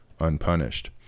unpunished